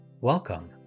Welcome